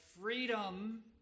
freedom